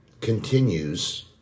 continues